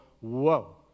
whoa